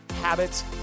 habits